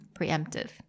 Preemptive